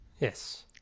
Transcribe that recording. Yes